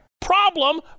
problem